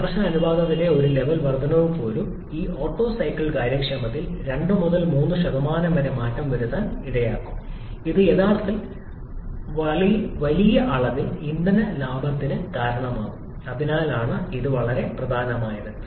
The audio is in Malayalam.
കംപ്രഷൻ അനുപാതത്തിലെ ഒരു ലെവൽ വർദ്ധനവ് പോലും ഈ ഓട്ടോ സൈക്കിൾ കാര്യക്ഷമതയിൽ 2 3 മാറ്റം വരുത്താൻ ഇടയാക്കും ഇത് യഥാർത്ഥത്തിൽ വലിയ അളവിൽ ഇന്ധന ലാഭത്തിന് കാരണമാകും അതിനാലാണ് ഇത് വളരെ പ്രധാനമായത്